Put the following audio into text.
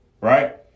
right